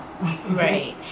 Right